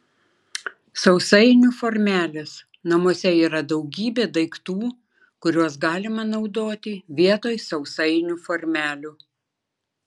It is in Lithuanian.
sausainių formelės namuose yra daugybė daiktų kuriuos galima naudoti vietoj sausainių formelių